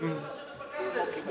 הוא חבר בכנסת, כן.